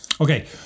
okay